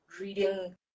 reading